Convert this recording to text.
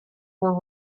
were